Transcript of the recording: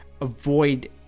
avoid